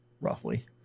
roughly